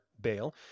bail